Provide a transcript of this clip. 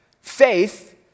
Faith